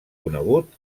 conegut